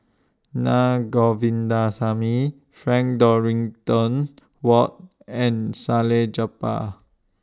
Naa Govindasamy Frank Dorrington Ward and Salleh Japar